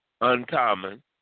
uncommon